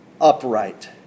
upright